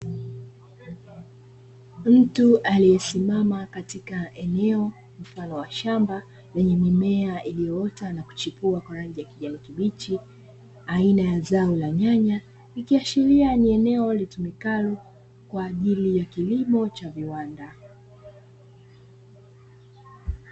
Mtu aliyesimama katika eneo mfano wa shamba, lenye mimea iliyoota na kuchipua kwa rangi ya kijani kibichi aina ya zao la nyanya, ikiashiria ni eneo litumikalo kwa ajili ya kilimo cha viwanda.